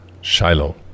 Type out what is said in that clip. Shiloh